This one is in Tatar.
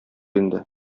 инде